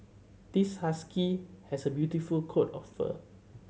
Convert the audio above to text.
this husky has a beautiful coat of fur